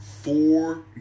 four